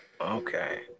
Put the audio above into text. Okay